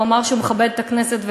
והוא אמר שהוא מכבד את הכנסת,